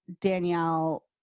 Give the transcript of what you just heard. Danielle